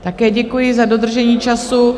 Také děkuji, za dodržení času.